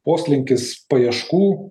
poslinkis paieškų